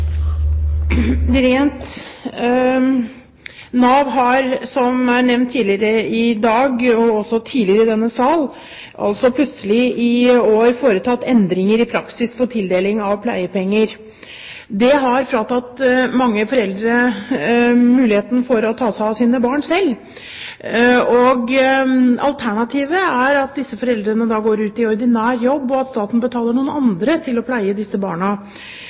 endringer. Nav har altså, som nevnt tidligere i dag og også tidligere i denne sal, plutselig i år foretatt endringer i praksis for tildeling av pleiepenger. Det har fratatt mange foreldre muligheten til å ta seg av sine barn selv. Alternativet er at disse foreldrene går ut i ordinær jobb, og at staten betaler noen andre for å pleie disse barna.